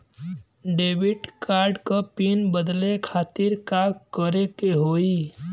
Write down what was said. Debit card क PIN बदले खातिर का करेके होई?